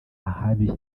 ahabi